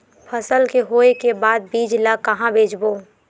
फसल के होय के बाद बीज ला कहां बेचबो?